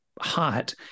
Hot